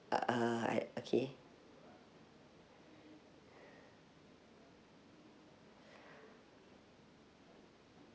ah ah I okay